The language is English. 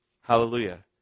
hallelujah